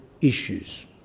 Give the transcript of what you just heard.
issues